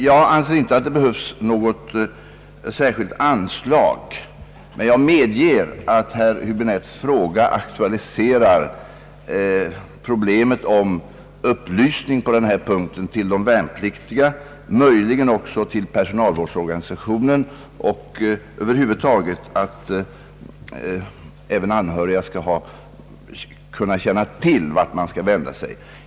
Jag anser inte att det behövs någon särskild anslagspost, men jag medger att herr Häbinettes fråga aktualiserar problemet om upplysning på denna punkt till de värnpliktiga, möjligen också till personalvårdsorganisationen och över huvud taget att anhöriga bör känna till vart man skall kunna vända sig.